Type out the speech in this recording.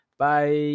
Bye